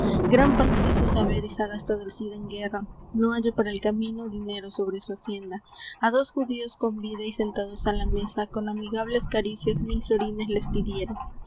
gran parte de sus haberes ha gastado el cid en guerra no halla para el camino dinero sobre su hacienda á dos judíos convida y sentados á la mesa con amigables caricias mil florines les pidiera